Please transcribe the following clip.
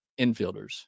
infielders